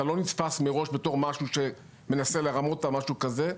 אתה לא נתפס מראש כמי שמנסה לרמות או משהו כזה.